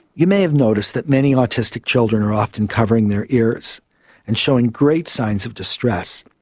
you may have noticed that many autistic children are often covering their ears and showing great signs of distress.